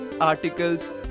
articles